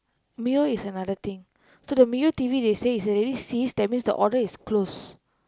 Mio is another thing to the Mio T_V they say it's already ceased that means the order is closed